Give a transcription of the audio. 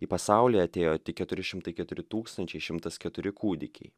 į pasaulį atėjo tik keturi šimtai keturi tūkstančiai šimtas keturi kūdikiai